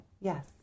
Yes